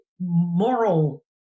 moral